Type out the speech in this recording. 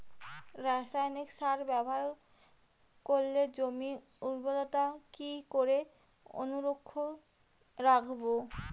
রাসায়নিক সার ব্যবহার করে জমির উর্বরতা কি করে অক্ষুণ্ন রাখবো